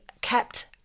kept